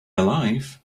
alive